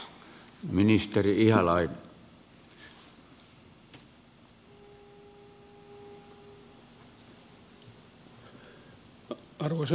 arvoisa puhemies